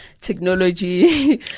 technology